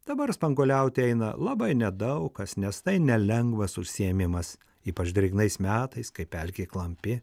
dabar spanguoliauti eina labai nedaug kas nes tai nelengvas užsiėmimas ypač drėgnais metais kai pelkė klampi